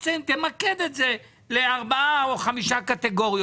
תמקד את זה לארבע או חמש קטגוריות.